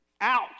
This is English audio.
Ouch